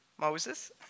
Moses